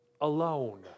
alone